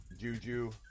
Juju